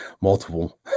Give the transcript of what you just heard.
multiple